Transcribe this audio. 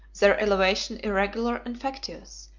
their elevation irregular and factious,